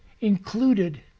included